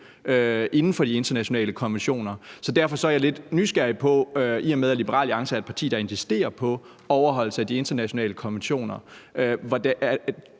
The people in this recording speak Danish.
inden for de internationale konventioner. Så derfor er jeg lidt nysgerrig, i og med at Liberal Alliance er et parti, der insisterer på overholdelse af de internationale konventioner: